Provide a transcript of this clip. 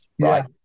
Right